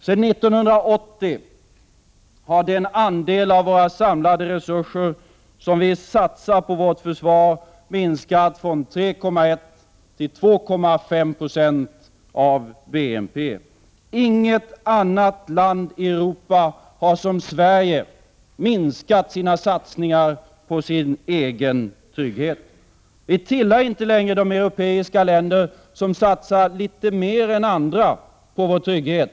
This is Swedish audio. Sedan 1980 har den andel av våra samlade resurser vi satsar på vårt försvar minskat från 3,1 till 2,5 20 av BNP. Inget annat land i Europa har som Sverige minskat sina satsningar på sin egen trygghet. Sverige tillhör inte längre de europeiska länder som satsar litet mer än andra på sin trygghet.